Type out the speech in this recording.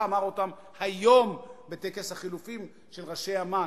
והיום בטקס החילופין של ראשי אמ"ן.